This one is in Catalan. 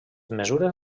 mesures